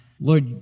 Lord